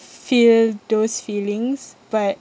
feel those feelings but